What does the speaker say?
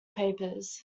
papers